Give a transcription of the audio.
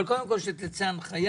אבל קודם כול שתצא הנחיה.